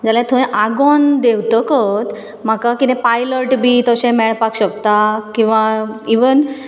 जाल्यार थंय आगोन्द देवतगर म्हाका पायलट बी तशें मेळपाक शकता किंवा इवन